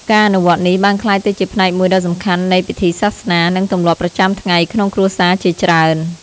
ការអនុវត្តនេះបានក្លាយទៅជាផ្នែកមួយដ៏សំខាន់នៃពិធីសាសនា និងទម្លាប់ប្រចាំថ្ងៃក្នុងគ្រួសារជាច្រើន